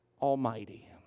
Almighty